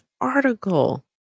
article